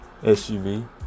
SUV